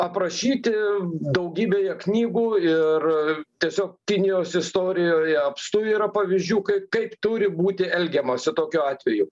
aprašyti daugybėje knygų ir tiesiog kinijos istorijoje apstu yra pavyzdžių kai kaip turi būti elgiamasi tokiu atveju